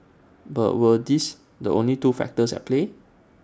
but were these the only two factors at play